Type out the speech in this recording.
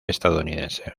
estadounidense